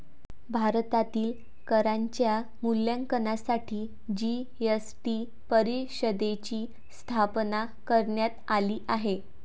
भारतातील करांच्या मूल्यांकनासाठी जी.एस.टी परिषदेची स्थापना करण्यात आली आहे